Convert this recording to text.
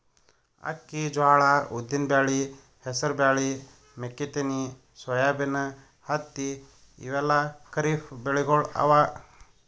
ಅಕ್ಕಿ, ಜ್ವಾಳಾ, ಉದ್ದಿನ್ ಬ್ಯಾಳಿ, ಹೆಸರ್ ಬ್ಯಾಳಿ, ಮೆಕ್ಕಿತೆನಿ, ಸೋಯಾಬೀನ್, ಹತ್ತಿ ಇವೆಲ್ಲ ಖರೀಫ್ ಬೆಳಿಗೊಳ್ ಅವಾ